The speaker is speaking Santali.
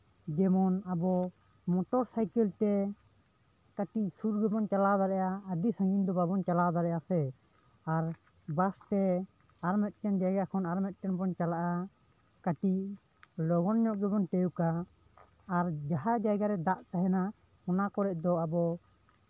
ᱡᱮᱢᱚᱱ ᱟᱵᱚ ᱢᱚᱴᱚᱨ ᱥᱟᱭᱠᱮᱞᱛᱮ ᱠᱟᱹᱴᱤᱡ ᱥᱩᱨ ᱨᱮᱵᱚᱱ ᱪᱟᱞᱟᱣ ᱫᱟᱲᱮᱭᱟᱜᱼᱟ ᱟᱹᱰᱤ ᱥᱟᱺᱜᱤᱧ ᱫᱚ ᱵᱟᱵᱚᱱ ᱪᱟᱞᱟᱣ ᱫᱟᱲᱮᱭᱟᱜᱼᱟ ᱥᱮ ᱟᱨ ᱵᱟᱥ ᱛᱮ ᱟᱨᱢᱤᱫᱴᱮᱱ ᱡᱟᱭᱜᱟ ᱠᱷᱚᱱ ᱟᱨ ᱢᱤᱫᱴᱮᱱ ᱵᱚᱱ ᱪᱟᱞᱟᱜᱼᱟ ᱠᱟ ᱴᱤᱡ ᱞᱚᱜᱚᱱ ᱧᱚᱜ ᱜᱮᱵᱚᱱ ᱛᱤᱭᱳᱜᱟ ᱟᱨ ᱡᱟᱦᱟᱸ ᱡᱟᱭᱜᱟᱨᱮ ᱫᱟᱜ ᱛᱟᱦᱮᱱᱟ ᱚᱱᱟ ᱠᱚᱨᱮᱜ ᱫᱚ ᱟᱵᱚ